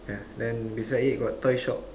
ya then beside it got toy shop